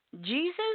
Jesus